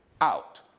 out